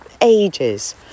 ages